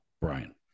Brian